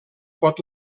pot